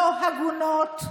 לא הוגנות.